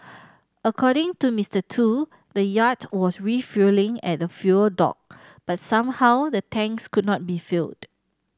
according to Mister Tu the yacht was refuelling at the fuel dock but somehow the tanks could not be filled